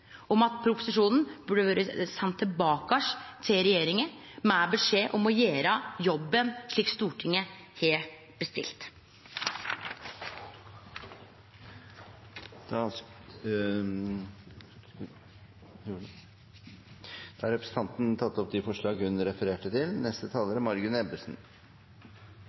om at proposisjonen burde vore send tilbake til regjeringa med beskjed om å gjere jobben som Stortinget har bestilt. Representanten Lene Vågslid har tatt opp de forslagene hun refererte til.